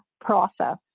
process